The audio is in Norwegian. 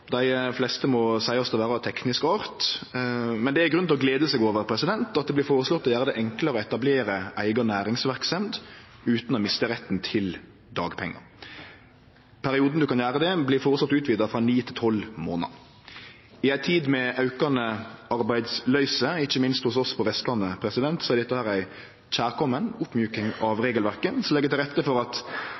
Dei fleste må seiast å vere av teknisk art, men det er grunn til å glede seg over at det blir føreslått å gjere det enklare å etablere eiga næringsverksemd utan å miste retten til dagpengar. Perioden ein kan gjere det, er føreslått utvida frå ni til tolv månader. I ei tid med aukande arbeidsløyse, ikkje minst hos oss på Vestlandet, er dette ei kjærkomen oppmjuking av regelverket, som legg til rette for at